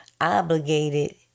obligated